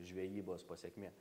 žvejybos pasekmė